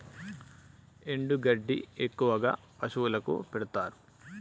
ఎండు గడ్డి ఎక్కువగా పశువులకు పెడుతారు